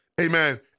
amen